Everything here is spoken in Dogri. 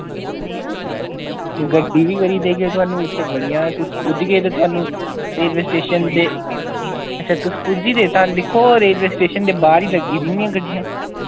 गड्डी बी करी देगे थोआनू इत्थे बड़ियां ऐं तुस पुज्जगे ते थोआनू रेलवे स्टेशन दे अच्छा तुस पुज्जी गेदे तां दिक्खो रेलवे स्टेशन दे बाह्र ही लग्गी दियां होनियां गड्डियां